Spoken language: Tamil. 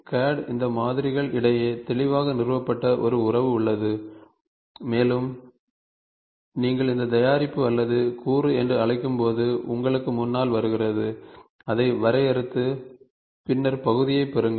CAD இந்த மாறிகள் இடையே தெளிவாக நிறுவப்பட்ட ஒரு உறவு உள்ளது மேலும் நீங்கள் இந்த தயாரிப்பு அல்லது கூறு என்று அழைக்கும்போது உங்களுக்கு முன்னால் வருகிறது அதை வரையறுத்து பின்னர் பகுதியைப் பெறுங்கள்